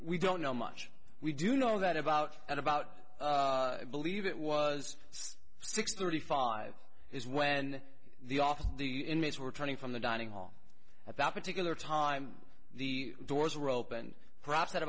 we don't know much we do know that about at about believe it was six thirty five is when the office of the inmates were turning from the dining hall at that particular time the doors were open perhaps at